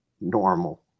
normal